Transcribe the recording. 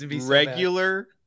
regular